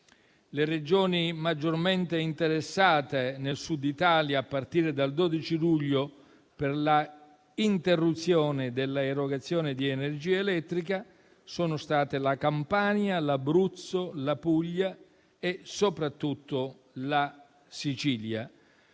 Le Regioni maggiormente interessate nel Sud Italia, a partire dal 12 luglio, dall'interruzione dell'erogazione di energia elettrica sono state la Campania, l'Abruzzo, la Puglia e soprattutto la Sicilia.